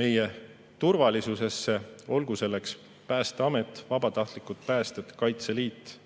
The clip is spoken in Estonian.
meie turvalisusesse, olgu selleks Päästeamet, vabatahtlikud päästjad, Kaitseliit,